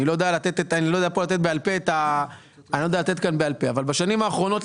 בשנים האחרונות,